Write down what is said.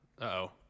Uh-oh